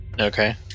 Okay